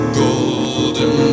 golden